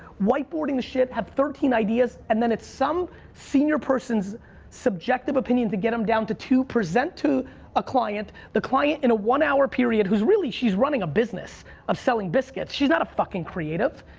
white boarding shit, have thirteen ideas and then at some senior person's subjective opinion to get em down to two to present to a client, the client, in a one hour period, who really, she's running a business of selling biscuits. she's not a fucking creative.